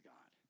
God